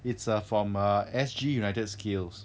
it's err from err S_G united skills